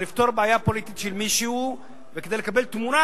לפתור בעיה פוליטית של מישהו וכדי לקבל תמורה,